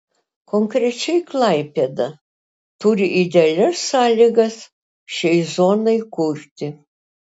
konkrečiai klaipėda turi idealias sąlygas šiai zonai kurti